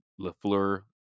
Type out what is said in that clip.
LaFleur